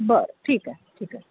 बरं ठीक आहे ठीक आहे